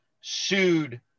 sued